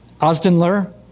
Osdenler